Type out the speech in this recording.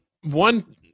One